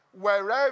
wherever